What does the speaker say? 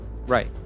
Right